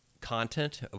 content